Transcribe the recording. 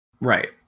Right